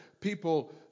people